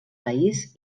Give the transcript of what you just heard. país